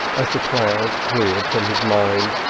as the clouds cleared from his mind,